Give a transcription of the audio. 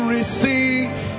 Receive